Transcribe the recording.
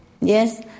Yes